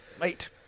Mate